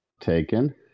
Taken